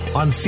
on